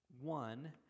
one